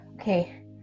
Okay